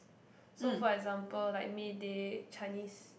so for example like Mayday Chinese